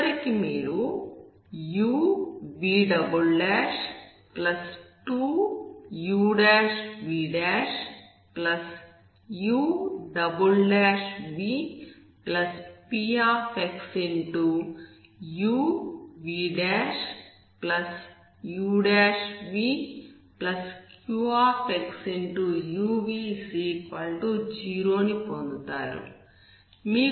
చివరికి మీరు uv2uvuvpxuvuvqxuv0 ని పొందుతారు